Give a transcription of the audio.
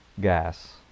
gas